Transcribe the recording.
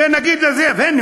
ונגיד לזאב: הנה,